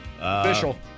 Official